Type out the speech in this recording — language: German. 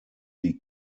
die